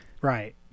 Right